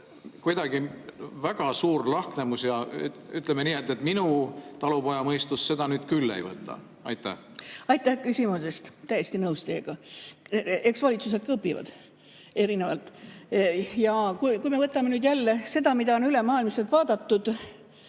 kuidagi väga suur lahknevus, ja ütleme nii, et minu talupojamõistus seda nüüd küll ei võta. Aitäh küsimuse eest! Täiesti nõus teiega. Eks valitsused ka õpivad erinevalt. Kui me võtame nüüd selle, mida on ülemaailmselt vaadatud,